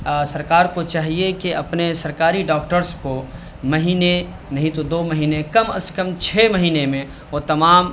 سرکار کو چاہیے کہ اپنے سرکاری ڈاکٹرس کو مہینے نہیں تو دو مہینے کم از کم چھ مہینے میں وہ تمام